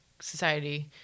Society